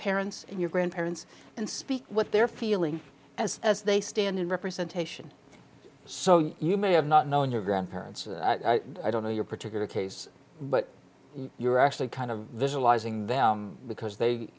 parents your grandparents and speak what they're feeling as as they stand in representation so you may have not known your grandparents i don't know your particular case but you're actually kind of visualizing them because they